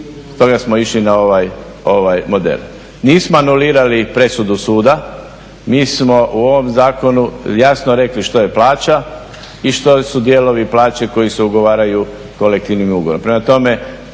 stoga smo išli na ovaj, ovaj model. Nismo anulirali presudu suda, mi smo u ovom zakonu jasno rekli što je plaća i što su dijelovi plaće koji se ugovaraju kolektivnom ugovorom.